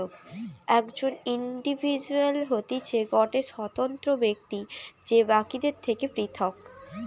একজন ইন্ডিভিজুয়াল হতিছে গটে স্বতন্ত্র ব্যক্তি যে বাকিদের থেকে পৃথক